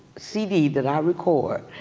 cd that i record,